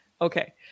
okay